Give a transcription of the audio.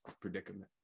predicament